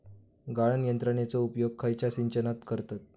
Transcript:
गाळण यंत्रनेचो उपयोग खयच्या सिंचनात करतत?